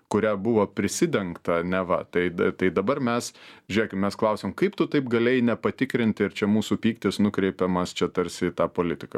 kuria buvo prisidengta neva tai tai dabar mes žiūrėkim mes klausiam kaip tu taip galėjai nepatikrinti ar čia mūsų pyktis nukreipiamas čia tarsi į tą politiką